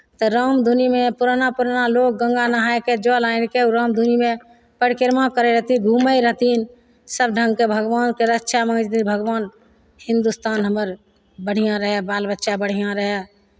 तऽ राम धुनीमे पुराना पुराना लोग गङ्गा नहाय कऽ जल आनि कऽ ओ राम धुनीमे परिक्रमा करैत रहथिन घूमैत रहथिन सभ ढङ्गके भगवानके रक्षा मङ्गै छथिन भगवान हिंदुस्तान हमर बढ़िआँ रहय बाल बच्चा बढ़िआँ रहय